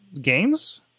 Games